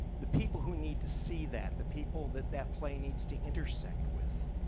the people who need to see that, the people that that play needs to intersect with,